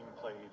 played